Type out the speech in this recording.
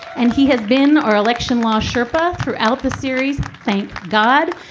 and he has been our election law sherpa throughout the series. thank god.